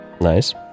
Nice